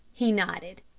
he nodded.